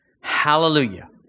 Hallelujah